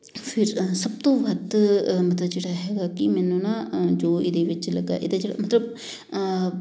ਫਿਰ ਸਭ ਤੋਂ ਵੱਧ ਮਤਲਬ ਜਿਹੜਾ ਹੈਗਾ ਕਿ ਮੈਨੂੰ ਨਾ ਜੋ ਇਹਦੇ ਵਿੱਚ ਲੱਗਾ ਇਹਦਾ ਜਿਹੜਾ ਮਤਲਬ